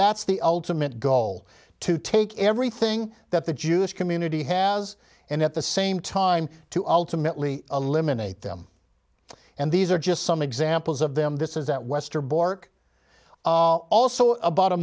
that's the ultimate goal to take everything that the jewish community has and at the same time to ultimately eliminate them and these are just some examples of them this is that westerbork also about a